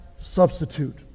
substitute